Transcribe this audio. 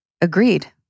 agreed